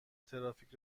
ترافیک